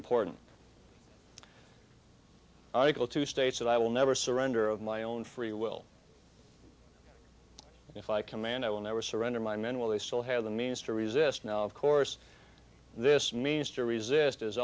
important article two states that i will never surrender of my own free will if i command i will never surrender my men will they still have the means to resist now of course this means to resist is